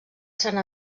sant